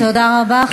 תודה רבה,